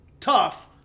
Tough